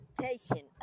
taking